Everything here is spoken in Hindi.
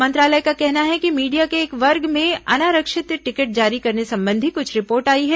मंत्रालय का कहना है कि मीडिया के एक वर्ग में अनारक्षित टिकट जारी करने संबंधी कुछ रिपोर्ट आई है